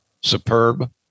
superb